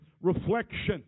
reflection